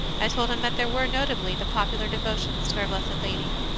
i told him that there were notably the popular devotions to our blessed lady.